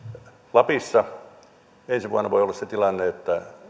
lapissa ensi vuonna voi olla se tilanne että